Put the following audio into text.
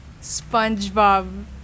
Spongebob